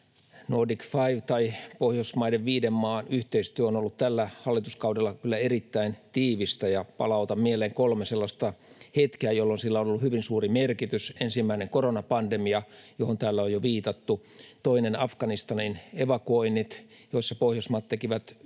”Nordic five”, tai Pohjoismaiden viiden maan yhteistyö on ollut tällä hallituskaudella kyllä erittäin tiivistä, ja palautan mieleen kolme sellaista hetkeä, jolloin sillä on ollut hyvin suuri merkitys: Ensimmäinen: koronapandemia, johon täällä on jo viitattu. Toinen: Afganistanin evakuoinnit, joissa Pohjoismaat tekivät hyvin